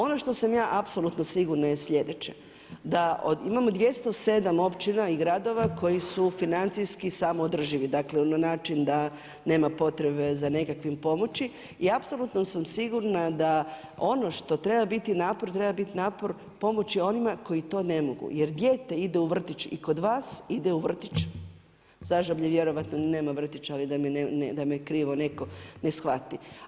Ono što sam ja apsolutno sigurna je sljedeće da imamo 207 općina i gradova koji su financijski samoodrživi na način da nema potrebe za nema potrebe za nekakvom pomoći i apsolutno sam sigurna da ono što treba biti napor, treba biti napor pomoći onima koji to ne mogu jer dijete ide u vrtić i kod vas ide u vrtić Zažblje vjerojatno nema vrtića, ali da me krivo ne shvati.